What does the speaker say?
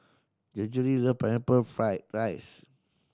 Gregory love Pineapple Fried rice